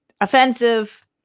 offensive